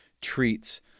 treats